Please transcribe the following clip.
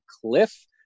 cliff